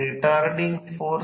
तर Isc2 R W s c wattmeter चे वाचन